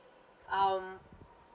um